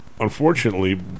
unfortunately